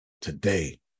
today